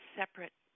separate